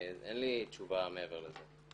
אין לי תשובה מעבר לזה.